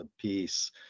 piece